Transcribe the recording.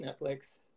Netflix